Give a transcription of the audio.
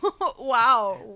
Wow